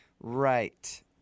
Right